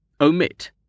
omit